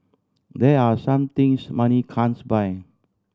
there are some things money can't buy